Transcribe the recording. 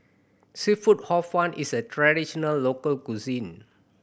seafood Hor Fun is a traditional local cuisine